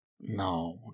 no